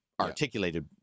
articulated